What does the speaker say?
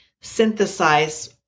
synthesize